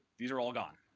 these are all gone.